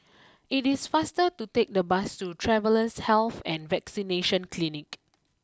it is faster to take the bus to Travellers Health and Vaccination Clinic